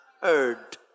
heard